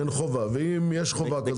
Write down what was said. ואם יש חובה,